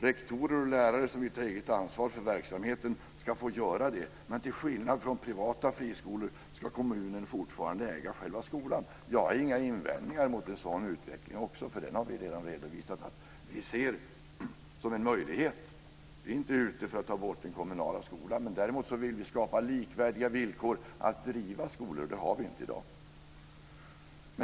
Rektorer och lärare som vill ta eget ansvar för verksamheten ska få göra det. Men till skillnad från privata friskolor ska kommunen fortfarande äga själva skolan. Jag har inga invändningar mot en sådan utveckling. Vi har ju redan redovisat att vi ser det här som en möjlighet. Vi är inte ute efter att ta bort den kommunala skolan. Däremot vill vi skapa likvärdiga villkor när det gäller att driva skolor, vilket vi inte har i dag.